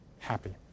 happy